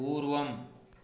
पूर्वम्